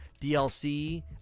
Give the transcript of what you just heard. DLC